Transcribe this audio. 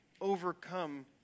overcome